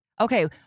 okay